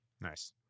Nice